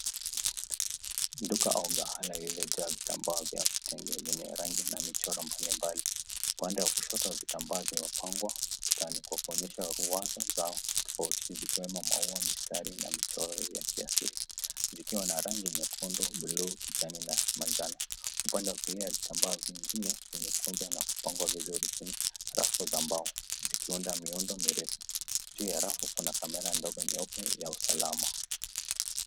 Ndani ya uga, kuna vile vitambaa vya kitenge vyenye rangi na michoro mbalimbali. Upande wa kushoto wa vitambaa hivyo vimepangwa mkutani kwa kuonyesha ruwaza zao tofauti, ikiwemo maua, mistari na michoro ya kiasili. Zikiwa na rangi yenye, bluu, kijani na manjano. Upande wa kulia wa vitambaa vingine vimekunja na kupangwa vizuri kwenye rafu za mbaa, zikiunda miundo mirefu. Juu ya rafu kuna kamera ndogo nyeupe ya usalama.